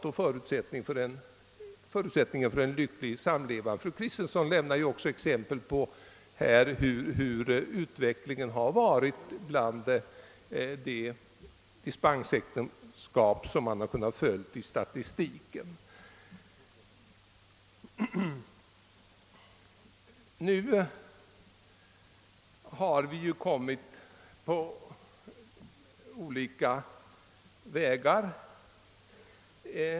Fru Kristensson gav statistiska uppgifter om utvecklingen i dispensäktenskapen där skilsmässan är vanligare än i normaläktenskapet. Inom utskottet har vi haft delade meningar om äktenskapsåldern.